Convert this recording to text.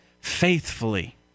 faithfully